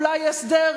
אולי הסדר,